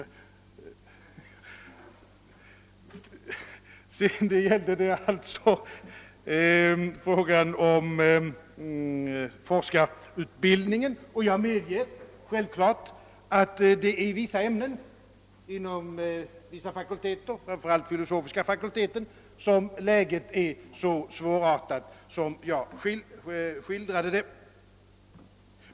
I fråga om forskarutbildningen medger jag självfallet att det är i vissa ämnen inom vissa fakulteter — framför allt filosofiska fakulteten — som läget är så svårt som jag skildrade det.